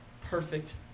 perfect